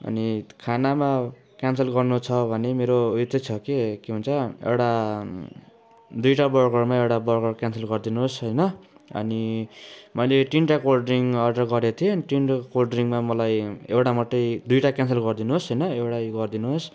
अनि खानामा क्यान्सल गर्नु छ भने मेरो उ त्यो छ के के भन्छ एउटा दुईवटा बर्गरमा एउटा बर्गर क्यान्सल गरिदिनुहोस् होइन अनि मैले तिनवटा कोल्ड ड्रिङ्क अर्डर गरको थिएँ अनि तिनवटा कोल्ड ड्रिङ्कमा मलाई एउटा मात्रै दुईवटा क्यान्सल गरिदिनुहोस् होइन एउटै गरिदिनुहोस्